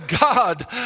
God